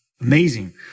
amazing